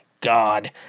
God